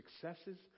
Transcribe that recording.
successes